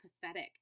pathetic